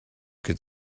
could